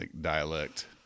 dialect